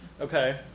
Okay